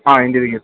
ആ എന്ത്റെ വെരിക്കും